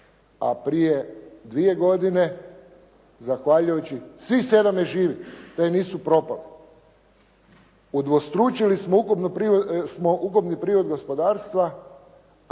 A prije 2 godine zahvaljujući svih 7 je živih koje nisu propale. Udvostručili smo ukupni prihod gospodarstva,